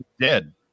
dead